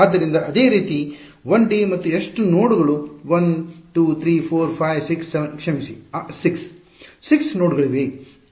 ಆದ್ದರಿಂದ ಅದೇ ರೀತಿ 1 ಡಿ ಮತ್ತು ಎಷ್ಟು ನೋಡ್ಗಳು 1 2 3 4 5 6 7 ಕ್ಷಮಿಸಿ 6 6 ನೋಡ್ಗಳಿವೆ